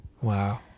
Wow